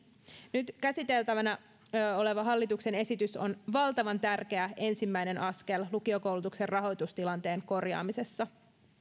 nyt käsiteltävänä oleva hallituksen esitys on valtavan tärkeä ensimmäinen askel lukiokoulutuksen rahoitustilanteen korjaamisessa